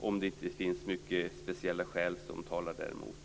om det inte finns mycket speciella skäl som talar däremot.